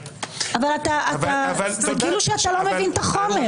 זה כאילו אתה לא מבין את החומר.